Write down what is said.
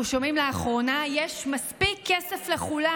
שומעים לאחרונה: יש מספיק כסף לכולם.